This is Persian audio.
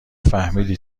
فهمیدی